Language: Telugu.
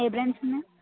ఏ బ్రాండ్స్ ఉన్నాయి